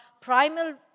primal